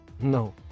no